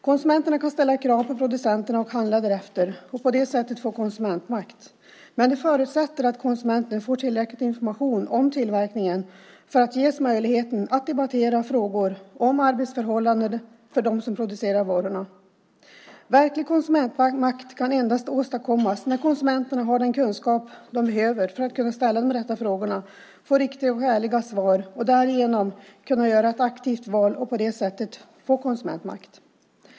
Konsumenterna kan ställa krav på producenterna och handla därefter och på det sättet få konsumentmakt. Men det förutsätter att konsumenten får tillräcklig information om tillverkningen för att ges möjligheten att debattera frågor om arbetsförhållanden för dem som producerar varorna. Verklig konsumentmakt kan endast åstadkommas när konsumenterna har den kunskap de behöver för att kunna ställa de rätta frågorna och få riktiga och ärliga svar och därigenom kunna göra ett aktivt val och på det sättet få konsumentmakt.